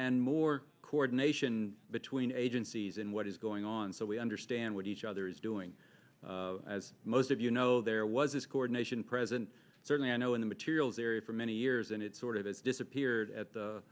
and more coordination between agencies in what is going on so we understand what each other is doing as most of you know there was this coordination present certainly i know in the materials area for many years and it sort of disappeared at the